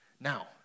Now